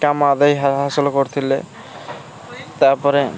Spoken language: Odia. କାମ ଆଦାୟ ହାସଲ କରିଥିଲେ ତା'ପରେ